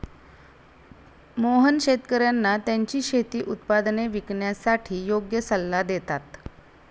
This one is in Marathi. मोहन शेतकर्यांना त्यांची शेती उत्पादने विकण्यासाठी योग्य सल्ला देतात